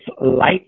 light